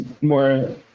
more